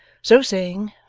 so saying,